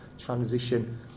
transition